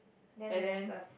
then there's a